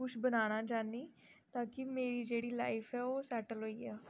कुछ बनाना चाह्न्नी ताकि मेरी जेह्ड़ी लाइफ ऐ ओह् सेटल होई जा